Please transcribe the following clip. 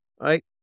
right